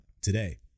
today